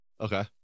Okay